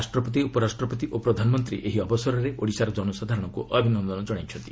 ରାଷ୍ଟ୍ରପତି ଉପରାଷ୍ଟ୍ରପତି ଓ ପ୍ରଧାନମନ୍ତ୍ରୀ ଏହି ଅବସରରେ ଓଡିଶାର ଜନସାଧାରଣଙ୍କ ଅଭିନନ୍ଦନ ଜଣାଇଛନ୍ତି